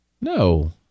No